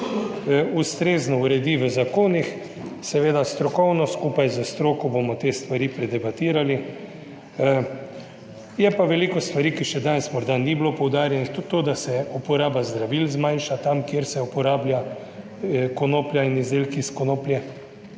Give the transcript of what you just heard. Ustrezno uredi v zakonih, seveda strokovno, skupaj s stroko bomo te stvari predebatirali. Je pa veliko stvari, ki še danes morda ni bilo poudarjenih, tudi to, da se uporaba zdravil zmanjša tam, kjer se uporablja konoplja in izdelki iz konoplje